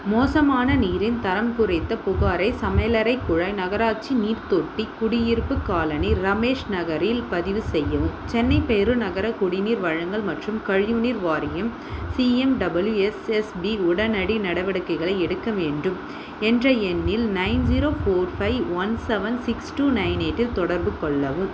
மோசமான நீரின் தரம் குறித்த புகாரை சமையலறை குழாய் நகராட்சி நீர் தொட்டி குடியிருப்பு காலனி ரமேஷ் நகரில் பதிவு செய்யவும் சென்னை பெருநகர குடிநீர் வழங்கல் மற்றும் கழிவுநீர் வாரியம் சிஎம்டபிள்யுஎஸ்எஸ்பி உடனடி நடவடிக்கைகளை எடுக்க வேண்டும் என்ற எண்ணில் nine zero four five one seven six two nine எயிட்டில் தொடர்பு கொள்ளவும்